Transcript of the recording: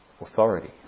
authority